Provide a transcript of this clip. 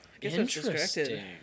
Interesting